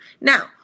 now